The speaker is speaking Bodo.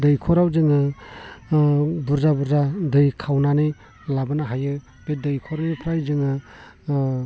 दैखराव जोङो बुरजा बुरजा दै खावनानै लाबोनो हायो बे दैखरनिफ्राय जोङो